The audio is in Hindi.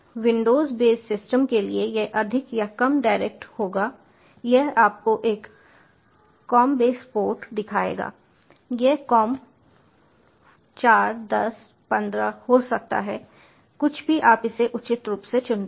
विंडोज़ बेस सिस्टम के लिए यह अधिक या कम डायरेक्ट होगा यह आपको एक कॉम बेस पोर्ट दिखाएगा यह कॉम 4 10 15 हो सकता है कुछ भी आप इसे उचित रूप से चुनते हैं